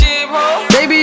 Baby